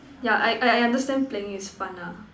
yeah I I understand playing is fun lah